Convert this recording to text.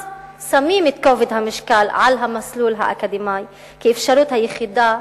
אז שמים את כובד המשקל על המסלול האקדמי כאפשרות היחידה,